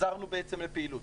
החזרנו לפעילות.